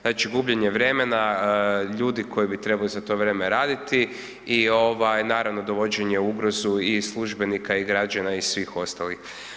Znači gubljenje vremena ljudi koji bi trebali za to vrijeme raditi i naravno, dovođenje u ugrozu i službenika i građana i svih ostalih.